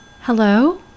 Hello